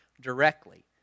directly